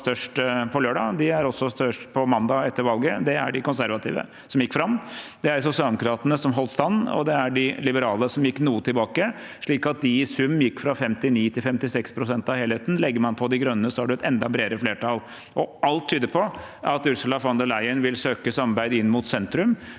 er størst på mandag etter valget. Det er de konservative, som gikk fram, det er sosialdemokratene, som holdt stand, og det er de liberale, som gikk noe tilbake – slik at de i sum gikk fra 59 til 56 pst. av helheten. Legger man på De Grønne, har man et enda bredere flertall. Alt tyder på at Ursula von der Leyen vil søke samarbeid inn mot sentrum